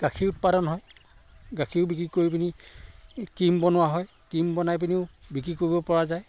গাখীৰ উৎপাদন হয় গাখীৰ বিক্ৰী কৰি পিনি ক্ৰীম বনোৱা হয় ক্ৰীম বনাই পিনিও বিক্ৰী কৰিব পৰা যায়